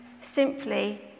simply